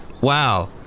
Wow